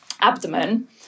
abdomen